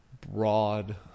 broad